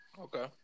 Okay